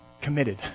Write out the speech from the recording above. committed